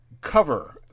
cover